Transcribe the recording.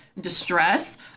distress